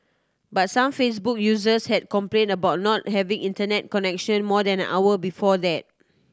but some Facebook users had complained about not having Internet connection more than an hour before that